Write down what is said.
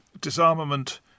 disarmament